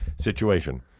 situation